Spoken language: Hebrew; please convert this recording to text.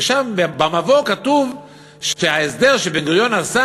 ושם במבוא כתוב שההסדר שבן-גוריון עשה,